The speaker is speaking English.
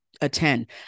attend